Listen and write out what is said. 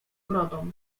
brodą